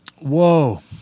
Whoa